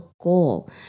goal